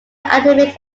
academic